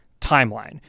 timeline